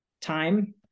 time